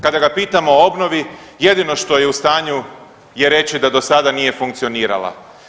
Kada ga pitamo o obnovi jedino što je u stanju je reći da do sada nije funkcionirala.